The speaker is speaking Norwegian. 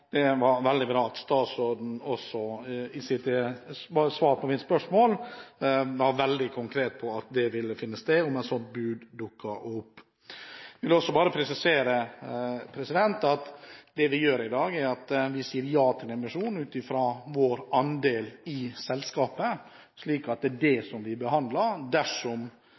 det var veldig bra at statsråden i sitt svar på mitt spørsmål var veldig konkret på at det ville finne sted om et sånt bud dukket opp. Jeg vil også presisere at det vi gjør i dag, er at vi sier ja til emisjon ut fra vår andel i selskapet. Det er det vi behandler – dersom